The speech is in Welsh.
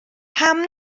pam